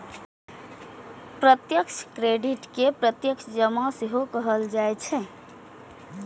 प्रत्यक्ष क्रेडिट कें प्रत्यक्ष जमा सेहो कहल जाइ छै